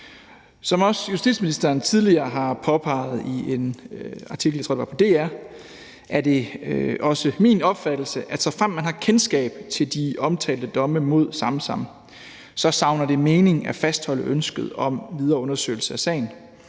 Ligesom justitsministeren tidligere har påpeget i en artikel – jeg tror, at det var på dr.dk – er det også min opfattelse, at såfremt man har kendskab til de omtalte domme mod Samsam, savner det mening at fastholde ønsket om en videre undersøgelse af sagen,